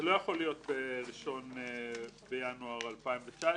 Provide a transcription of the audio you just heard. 12 --- זה לא יכול להיות בראשון בינואר 2019,